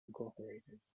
incorporated